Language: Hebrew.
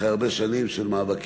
אחרי הרבה שנים של מאבקים,